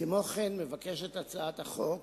כמו כן הצעת החוק